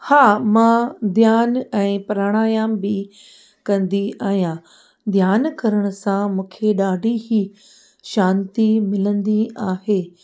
हा मां ध्यानु ऐं प्रणायाम बि कंदी आहियां ध्यानु करण सां मूंखे ॾाढी ई शांती मिलंदी आहे